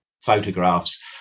photographs